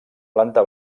planta